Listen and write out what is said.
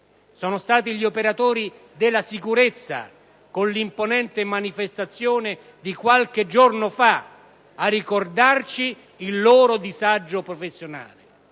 Sono stati gli operatori della sicurezza, con l'imponente manifestazione di qualche giorno fa, a ricordarci il loro disagio professionale.